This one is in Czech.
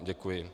Děkuji.